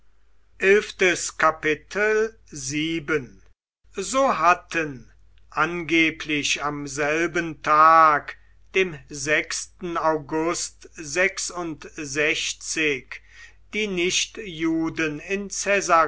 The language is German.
so hatten angeblich am selben tag dem august die nichtjuden in